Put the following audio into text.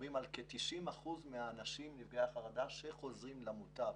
מדברים על כ-90% מנפגעי החרדה שחוזרים למוטב.